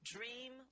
Dream